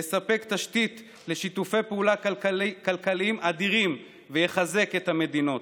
יספק תשתית לשיתופי פעולה כלכליים אדירים ויחזק את המדינות.